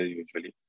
usually